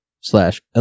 slash